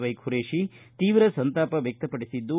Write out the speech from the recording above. ವೈಖುರೇಷಿ ತೀವ್ರ ಸಂತಾಪ ವ್ಯಕ್ತಪಡಿಸಿದ್ದು